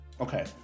Okay